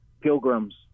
pilgrims